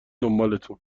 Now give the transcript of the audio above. دنبالتون